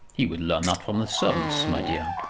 he would learn that from the servants, my dear.